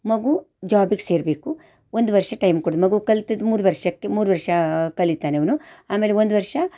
ಮಗು ಜಾಬಿಗೆ ಸೇರಬೇಕು ಒಂದು ವರ್ಷ ಟೈಮ್ ಕೊಡು ಮಗು ಕಲ್ತಿದ್ದು ಮೂರು ವರ್ಷಕ್ಕೆ ಮೂರು ವರ್ಷ ಕಲಿತಾನೆ ಅವನು ಆಮೇಲೆ ಒಂದು ವರ್ಷ